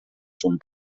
son